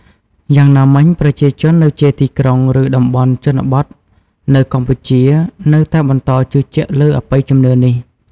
យ៉ាងណាមិញ ប្រជាជននៅជាយទីក្រុង ឬតំបន់ជនបទនៅកម្ពុជា នៅតែបន្តជឿជាក់លើអបិយជំនឿនេះ។